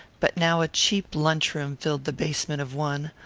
but now a cheap lunchroom filled the basement of one,